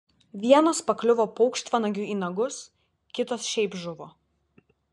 vienos pakliuvo paukštvanagiui į nagus kitos šiaip žuvo